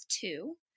two